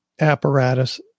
apparatus